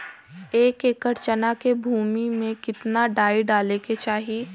एक एकड़ चना के भूमि में कितना डाई डाले के चाही?